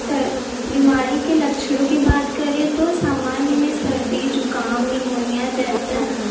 sir बीमारी के लक्षणों की बात करें तो सामान्य में सर्दी जुखाम निमोनिया जैसा